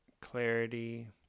clarity